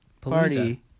Party